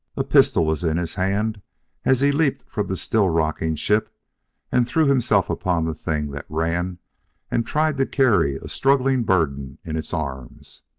a pistol was in his hand as he leaped from the still-rocking ship and threw himself upon the thing that ran and tried to carry a struggling burden in its arms.